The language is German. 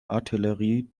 artillerie